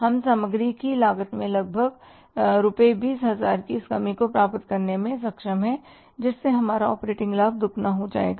हम सामग्री की लागत में लगभग रुपए 20000 की इस कमी को प्राप्त करने में सक्षम हैं जिससे हमारा ऑपरेटिंग लाभ दोगुना हो जाएगा